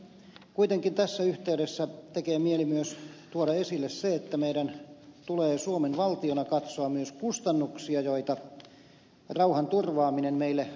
kuitenkin tässä yhteydessä tekee mieli myös tuoda esille se että meidän suomen tulee valtiona katsoa myös kustannuksia joita rauhanturvaaminen meille aiheuttaa